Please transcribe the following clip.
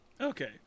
Okay